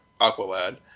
Aqualad